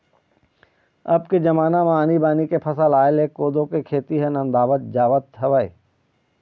अब के जमाना म आनी बानी के फसल आय ले कोदो के खेती ह नंदावत जावत हवय